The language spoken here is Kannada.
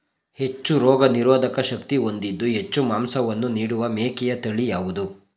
ಹೆಚ್ಚು ರೋಗನಿರೋಧಕ ಶಕ್ತಿ ಹೊಂದಿದ್ದು ಹೆಚ್ಚು ಮಾಂಸವನ್ನು ನೀಡುವ ಮೇಕೆಯ ತಳಿ ಯಾವುದು?